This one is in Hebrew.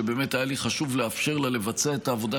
שבאמת היה לי חשוב לאפשר לה לבצע את העבודה